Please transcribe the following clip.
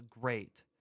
great